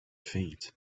feet